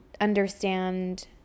understand